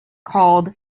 called